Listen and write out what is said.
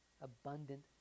Abundant